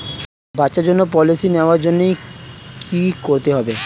বাচ্চার জন্য পলিসি নেওয়ার জন্য কি করতে হবে?